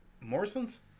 Morrison's